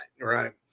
right